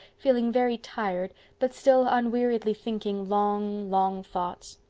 feeling very tired but still unweariedly thinking long, long thoughts.